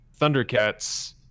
Thundercats